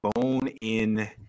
bone-in